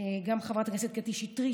גם חברת הכנסת קטי שטרית,